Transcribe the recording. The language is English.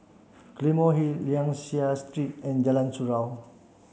Claymore Hill Liang Seah Street and Jalan Surau